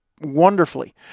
wonderfully